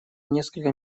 несколько